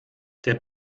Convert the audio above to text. der